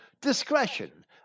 Discretion